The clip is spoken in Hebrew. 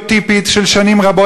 סטריאוטיפית של שנים רבות,